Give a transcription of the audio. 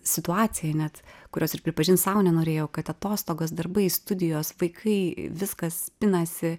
situaciją net kurios ir pripažint sau nenorėjau kad atostogos darbai studijos vaikai viskas pinasi